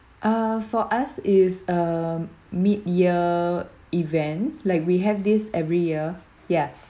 uh for us is a mid year event like we have this every year yeah